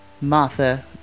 Martha